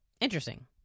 interesting